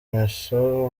imoso